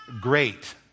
great